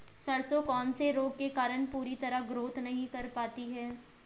सरसों कौन से रोग के कारण पूरी तरह ग्रोथ नहीं कर पाती है?